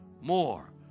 more